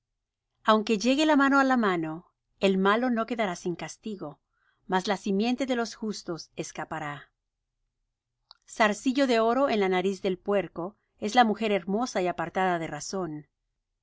aunque llegue la mano á la mano el malo no quedará sin castigo mas la simiente de los justos escapará zarcillo de oro en la nariz del puerco es la mujer hermosa y apartada de razón